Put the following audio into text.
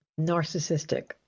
narcissistic